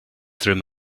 through